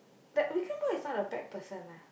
Vikram boy is not a pet person ah